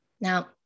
Now